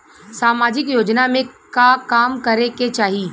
सामाजिक योजना में का काम करे के चाही?